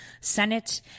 Senate